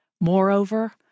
Moreover